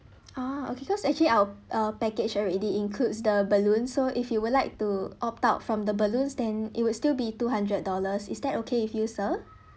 ah okay because actually our uh package already includes the balloons so if you would like to opt out from the balloons then it would still be two hundred dollars is that okay with you sir